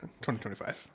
2025